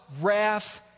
wrath